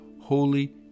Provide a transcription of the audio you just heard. holy